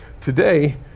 Today